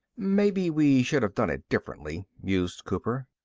maybe we should have done it differently, mused cooper.